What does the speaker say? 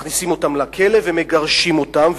מכניסים אותם לכלא ומגרשים אותם.